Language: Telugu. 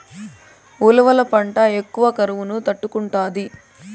ఉలవల పంట ఎక్కువ కరువును తట్టుకుంటాది